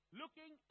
looking